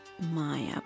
maya